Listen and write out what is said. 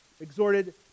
exhorted